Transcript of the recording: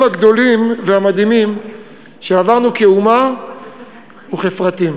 הגדולים והמדהימים שעברנו כאומה וכפרטים.